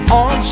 on